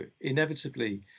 inevitably